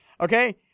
Okay